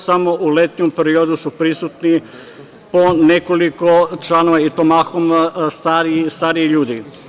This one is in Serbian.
Samo u letnjem periodu su prisutni po nekoliko članova, i to mahom stariji ljudi.